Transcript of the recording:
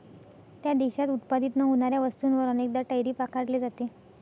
त्या देशात उत्पादित न होणाऱ्या वस्तूंवर अनेकदा टैरिफ आकारले जाते